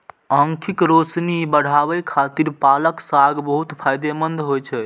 आंखिक रोशनी बढ़ाबै खातिर पालक साग बहुत फायदेमंद होइ छै